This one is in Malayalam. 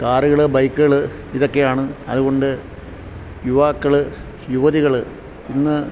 കാറുകള് ബൈക്കുകള് ഇതൊക്കെയാണ് അതുകൊണ്ട് യുവാക്കള് യുവതികള് ഇന്ന്